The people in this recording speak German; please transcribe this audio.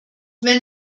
wenn